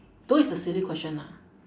though it's a silly question ah